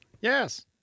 Yes